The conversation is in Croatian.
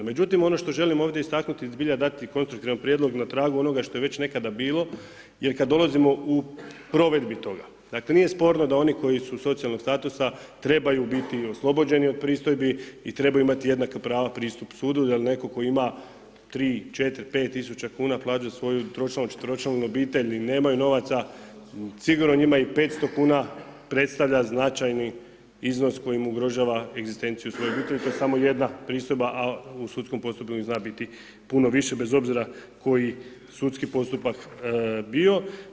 Međutim ono što želim ovdje istaknuti i zbilja dati konstruktivan prijedlog i na tragu onoga što je već nekada bilo jer kad dolazimo u provedbi toga, dakle nije sporno da oni koji su socijalnog statusa trebaju biti oslobođeni od pristojbi i trebaju imati jednaka prava pristupa sudu, da netko tko ima 3, 4, 5 000 kn plaću za svoju tročlanu, četveročlanu obitelj ili nemaju novaca, sigurno njima i 500 kn predstavlja značajni iznos koji mu ugrožava egzistenciju svojih ... samo jedna pristojba u sudskom postupka zna biti puno više bez obzora koji sudski postupak bio.